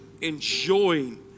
enjoying